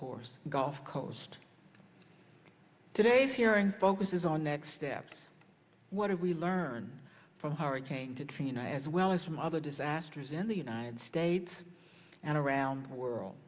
course gulf coast today's hearing focuses on next steps what do we learn from hurricane katrina as well as some other disasters in the united states and around the world